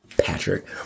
Patrick